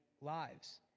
lives